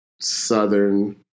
Southern